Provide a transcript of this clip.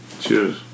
Cheers